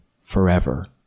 forever